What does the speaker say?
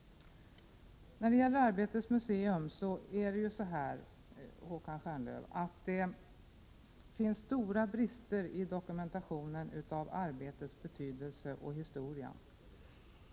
När det gäller Arbetets museum är det så, Håkan Stjernlöf, att det finns stora brister i dokumentationen av arbetets betydelse och historia.